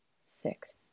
six